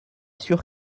sûr